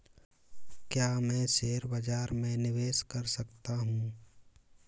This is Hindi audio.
क्या मैं शेयर बाज़ार में निवेश कर सकता हूँ?